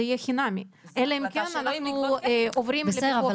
זה יהיה חינמי אלא אם כן אנחנו עוברים -- בסדר,